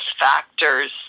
factors